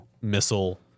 Missile